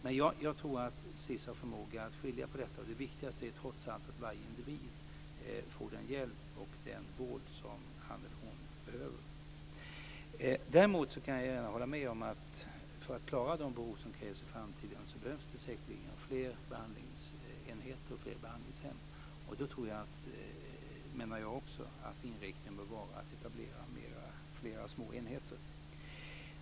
Men jag tror att SiS har förmåga att skilja på detta. Det viktigaste är trots allt att varje individ får den hjälp och den vård som han eller hon behöver. Jag kan hålla med om att det, för att man ska klara av det som krävs i framtiden, säkerligen behövs fler behandlingsenheter och fler behandlingshem. Då menar jag också att inriktningen bör vara att man ska etablera flera små enheter.